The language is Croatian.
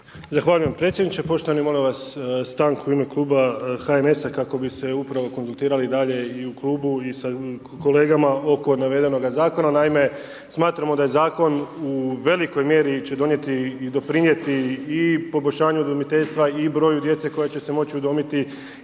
Zahvaljujem predsjedniče. Poštovani, molim vas stanku u ime kluba HNS-a kako bi ste upravo konzultirali dalje i u klubu i sa kolegama oko navedenoga zakona. Naime, smatramo da zakon u velikoj mjeri će donijeti i doprinijeti i poboljšanju udomiteljstva i broju djece koja će se moći udomiti